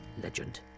Legend